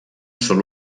sol